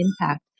impact